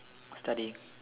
study